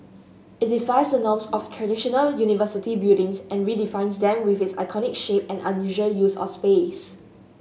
it defies the norms of traditional university buildings and redefines them with its iconic shape and unusual use of space